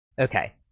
Okay